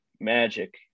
magic